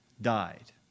died